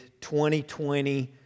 2020